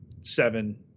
Seven